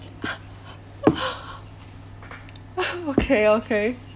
okay okay